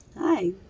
Hi